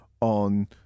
on